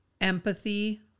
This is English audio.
empathy